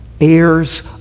Heirs